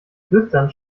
flüsternd